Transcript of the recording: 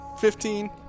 Fifteen